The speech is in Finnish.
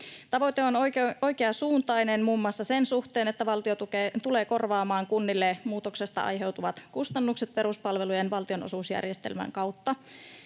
Tavoite on oikeansuuntainen muun muassa sen suhteen, että valtio tulee korvaamaan kunnille muutoksesta aiheutuvat kustannukset peruspalvelujen valtionosuusjärjestelmän kautta.